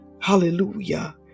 Hallelujah